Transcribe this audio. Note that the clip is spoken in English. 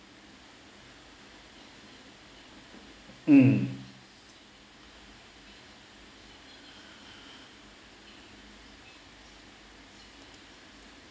um